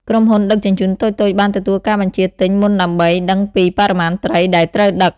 ក្រុមហ៊ុនដឹកជញ្ជូនតូចៗបានទទួលការបញ្ជាទិញមុនដើម្បីដឹងពី បរិមាណត្រី ដែលត្រូវដឹក។